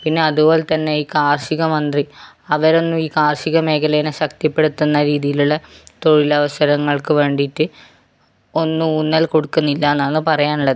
പിന്നെ അതുപോലെ തന്നെ ഈ കാർഷിക മന്ത്രി അവരൊന്നും ഈ കാർഷിക മേഖലെയെ ശക്തിപ്പെടുത്തുന്ന രീതിയിലുള്ള തൊഴിലവസരങ്ങൾക്ക് വേണ്ടിയിട്ട് ഒന്നും ഊന്നൽ കൊടുക്കുന്നില്ല എന്നാണ് പറയാനുള്ളത്